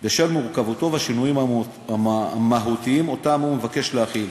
בשל מורכבותו והשינויים המהותיים שהוא מיועד להחיל.